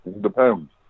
Depends